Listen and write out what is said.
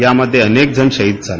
यामध्ये अनेक जण शहीद झाले